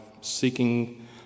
seeking